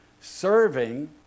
serving